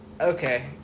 Okay